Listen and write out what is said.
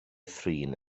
thrin